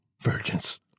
virgins